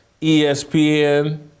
ESPN